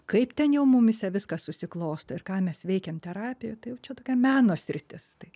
kaip ten jau mumyse viskas susiklostė ir ką mes veikiam terapijoj tai jau čia tokia meno sritis tai